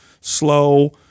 slow